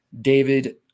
David